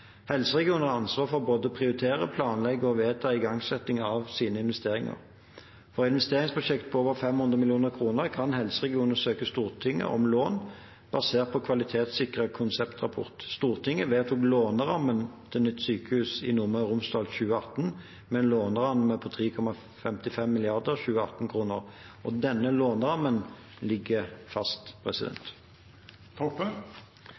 har ansvar for både å prioritere, planlegge og vedta igangsetting av sine investeringer. For investeringsprosjekter på over 500 mill. kr kan helseregionene søke Stortinget om lån, basert på kvalitetssikret konseptrapport. Stortinget vedtok en låneramme til nytt sykehus i Nordmøre og Romsdal i 2018 på 3,55 mrd. 2018-kroner. Denne lånerammen ligger fast.